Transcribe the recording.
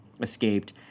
escaped